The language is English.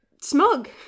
smug